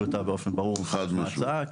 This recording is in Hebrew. אותה באופן ברור מההצעה -- חד משמעית.